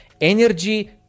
energy